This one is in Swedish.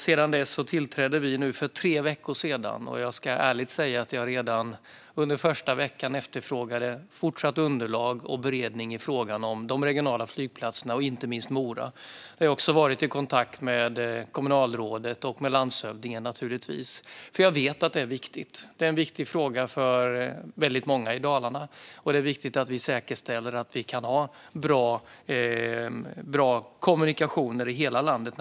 Vi tillträdde för tre veckor sedan, och jag ska ärligt säga att jag redan under första veckan efterfrågade fortsatt underlag och beredning i frågan om de regionala flygplatserna, inte minst Mora. Jag har också varit i kontakt med kommunalrådet och med landshövdingen, naturligtvis, eftersom jag vet att det är en viktig fråga. Det är en viktig fråga för väldigt många i Dalarna, och det är viktigt att vi säkerställer att vi kan ha bra kommunikationer i hela landet.